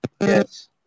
Yes